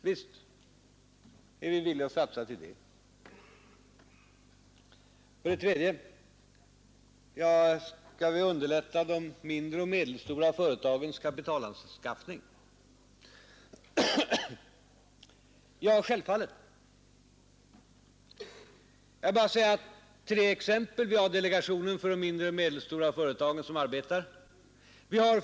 Visst är vi villiga att satsa på det. Den tredje frågan är: Skall vi underlätta de mindre och medelstora företagens kapitalanskaffning? Ja, självfallet. Vi har t.ex. delegationen för de mindre och medelstora företagen.